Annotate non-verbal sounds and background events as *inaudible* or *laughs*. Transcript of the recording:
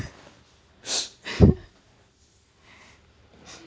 *laughs*